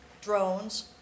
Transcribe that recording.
drones